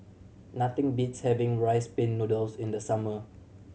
nothing beats having Rice Pin Noodles in the summer